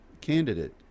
candidate